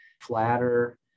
flatter